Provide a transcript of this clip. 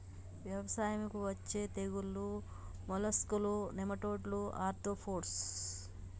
వ్యవసాయంకు అచ్చే తెగుల్లు మోలస్కులు, నెమటోడ్లు, ఆర్తోపోడ్స్